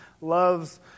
loves